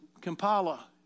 Kampala